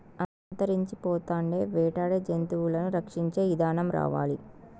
అంతరించిపోతాండే వేటాడే జంతువులను సంరక్షించే ఇదానం రావాలి